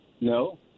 No